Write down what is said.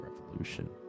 revolution